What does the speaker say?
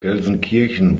gelsenkirchen